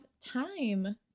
time